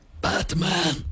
Batman